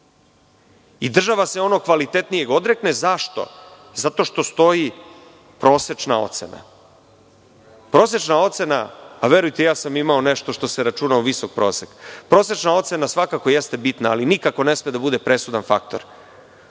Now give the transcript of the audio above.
Država se onog kvalitetnijeg odrekne. Zašto? Zato što stoji prosečna ocena. Verujte, ja sam imao nešto što se računa u visok prosek. Prosečna ocena svakako jeste bitna, ali nikako ne sme da bude presudan faktor.